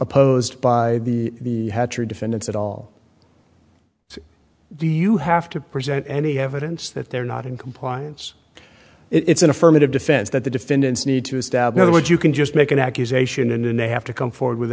opposed by the defendants at all do you have to present any evidence that they're not in compliance it's an affirmative defense that the defendants need to establish what you can just make an accusation and they have to come forward with